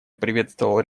приветствовал